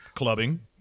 Clubbing